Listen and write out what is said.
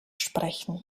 sprechen